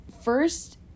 first